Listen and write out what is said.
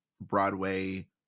Broadway